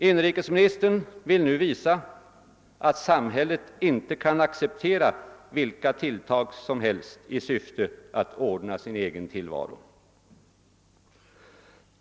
Inrikesministern vill nu visa att samhället inte kan acceptera vilka tilltag som he'st i syfte att ordna sin egen tillvaro.